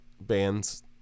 bands